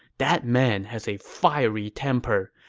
that man has a fiery temper.